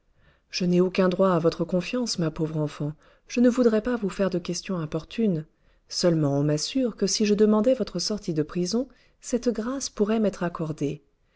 je n'ai aucun droit à votre confiance ma pauvre enfant je ne voudrais pas vous faire de question importune seulement on m'assure que si je demandais votre sortie de prison cette grâce pourrait m'être accordée